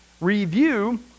review